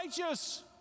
righteous